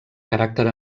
caràcter